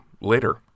later